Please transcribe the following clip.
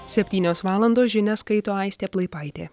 septynios valandos žinias skaito aistė plaipaitė